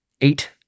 Eight